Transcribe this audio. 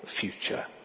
future